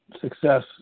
success